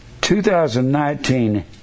2019